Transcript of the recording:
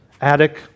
attic